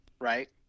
Right